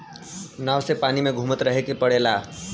नाव से पानी में घुमत रहे के पड़ला